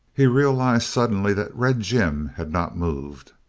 he realized suddenly that red jim had not moved.